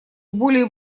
более